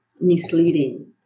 misleading